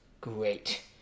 great